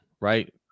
right